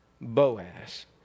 Boaz